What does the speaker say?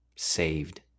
Saved